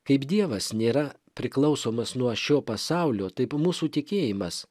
kaip dievas nėra priklausomas nuo šio pasaulio taip mūsų tikėjimas